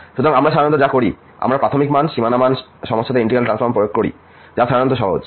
সুতরাং আমরা সাধারণত যা করি আমরা প্রাথমিক মান এবং সীমানা মান সমস্যাতে ইন্টিগ্রাল ট্রান্সফর্ম প্রয়োগ করি যা সাধারণত সহজ